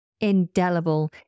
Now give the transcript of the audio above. indelible